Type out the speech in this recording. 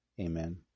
Amen